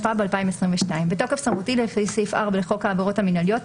התשפ"ב-2022 בתוקף סמכותי לפי סעיף 4 לחוק העבירות המינהליות,